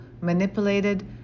manipulated